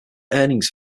earnings